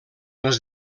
els